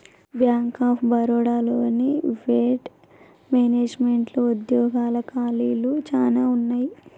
bank of Baroda లోని వెడ్ మేనేజ్మెంట్లో ఉద్యోగాల ఖాళీలు చానా ఉన్నయి